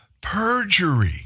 perjury